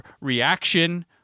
reaction